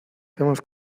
tenemos